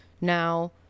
now